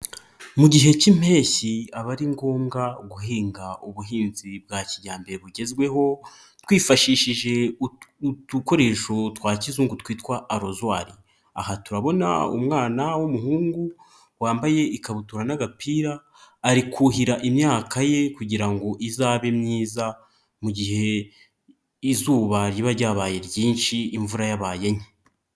Mu gihe cy'Impeshyi aba ari ngombwa guhinga ubuhinzi bwa kijyambere bugezweho. Twifashishije udukoresho twa kizungu twitwa arozwari. Aha turabona umwana w'umuhungu wambaye ikabutura n'agapira; ari kuhira imyaka ye kugira ngo izabe myiza mu gihe izuba riba ryabaye ryinshi imvura yabaye nke.